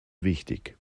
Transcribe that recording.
wichtig